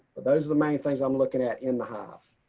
but those are the main things i'm looking at in the hive.